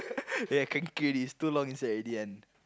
yeah can queue already it's too long inside already one